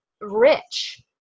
rich